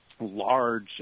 large